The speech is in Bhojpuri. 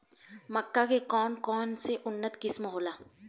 मक्का के कौन कौनसे उन्नत किस्म होला?